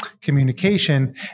communication